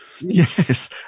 Yes